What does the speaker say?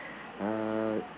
err